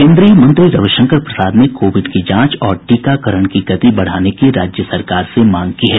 केन्द्रीय मंत्री रविशंकर प्रसाद ने कोविड की जांच और टीकाकरण की गति बढ़ाने की राज्य सरकार से मांग की है